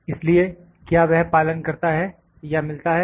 इसलिए क्या वह पालन करता है या मिलता है